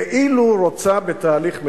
כאילו רוצה בתהליך מדיני.